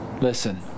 Listen